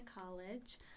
college